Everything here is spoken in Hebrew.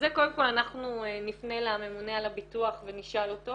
אז זה קודם כל אנחנו נפנה לממונה על הביטוח ונשאל אותו